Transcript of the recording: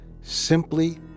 Simply